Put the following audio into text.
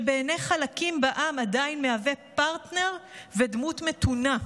שבעיני חלקים בעם עדיין מהווה פרטנר ודמות מתונה.